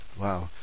wow